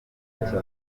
cyane